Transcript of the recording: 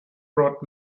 brought